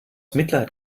mitleid